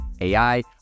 AI